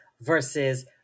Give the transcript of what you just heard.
versus